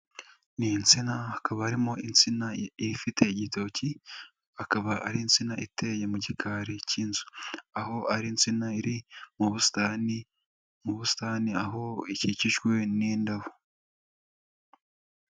Ni insina, hakaba harimo insina ifite igitoki, akaba ari insina iteye mu gikari cy'inzu, aho ari insina iri mu busitani, mu busitani aho ikikijwe n'indabo.